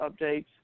updates